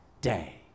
day